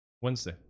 Wednesday